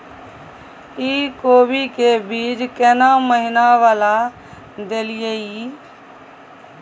इ कोबी के बीज केना महीना वाला देलियैई?